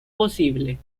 posible